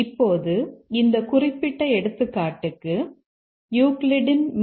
இப்போது இந்த குறிப்பிட்ட எடுத்துக்காட்டுக்கு யூக்லிட்டின் மீ